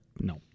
No